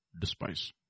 despise